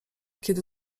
kiedy